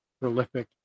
prolific